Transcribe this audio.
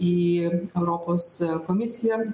į europos komisiją